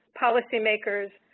policymakers,